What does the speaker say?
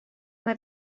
mae